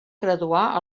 graduar